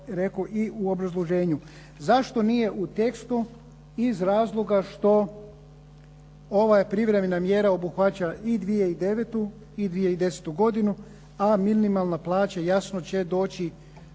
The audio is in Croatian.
rekao i u obrazloženju. Zašto nije u tekstu? Iza razloga što ova privremena mjera obuhvaća i 2009. i 2010. godinu a minimalna plaća jasno će doći